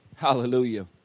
Hallelujah